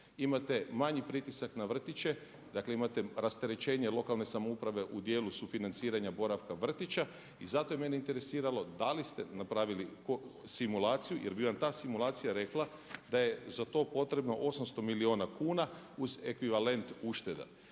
Imate manji pritisak na vrtiće. Dakle, imate rasterećenje lokalne samouprave u dijelu sufinanciranja boravka vrtića. I zato je mene interesiralo da li ste napravili simulaciju, jer bi vam ta simulacija rekla da je za to potrebno 800 milijuna kuna uz ekvivalent ušteda.